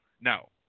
No